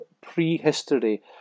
prehistory